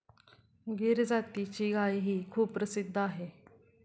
गीर जातीची गायही खूप प्रसिद्ध आहे